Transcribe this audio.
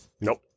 Nope